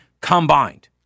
combined